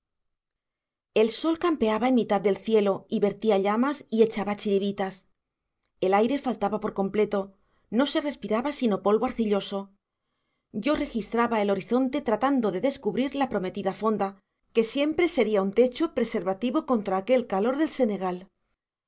el sol campeaba en mitad del cielo y vertía llamas y echaba chiribitas el aire faltaba por completo no se respiraba sino polvo arcilloso yo registraba el horizonte tratando de descubrir la prometida fonda que siempre sería un techo preservativo contra aquel calor del senegal